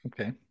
Okay